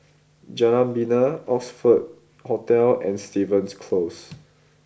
Jalan Bena Oxford Hotel and Stevens Close